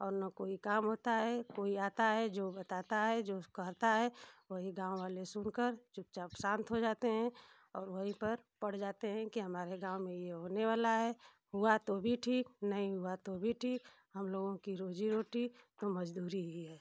और ना कोई काम होता है कोई आता है जो बताता है जो कहता है वही गाँव वाले सुन कर चुपचाप शांत हो जाते हैं और वहीं पर पड़ जाते हैं कि हमारे गाँव में यह होने वाला है हुआ तो भी ठीक नहीं हुआ तो भी ठीक हम लोगों की रोजी रोटी तो मजदूरी ही है